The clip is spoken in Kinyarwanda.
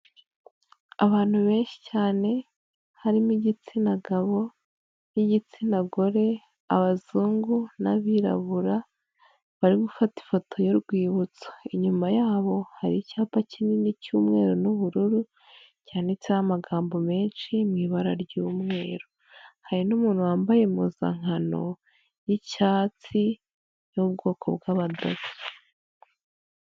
Abantu benshi cyane harimo igitsina gabo n'igitsina gore, abazungu n'abirabura, bari gufata ifoto y'urwibutso, inyuma yabo hari icyapa kinini cy'umweru n'ubururu, cyanditseho amagambo menshi mu ibara ry'umweru, hari n'umuntu wambaye impuzankano y'icyatsi yo mu bwoko bw'abadaso.